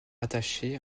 rattachés